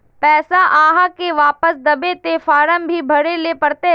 पैसा आहाँ के वापस दबे ते फारम भी भरें ले पड़ते?